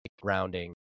grounding